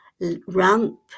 ramp